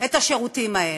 את השירותים האלה.